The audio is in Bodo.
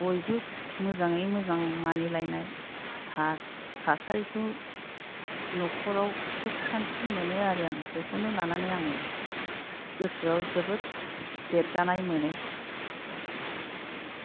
बयबो मोजाङै मोजां मानिलायनाय थासारिखौ न'खराव सुख सान्थि मोनो आरो आं बेखौनो लानानै आङो गोसोआव जोबोद देरगानाय मोनो जासिगोन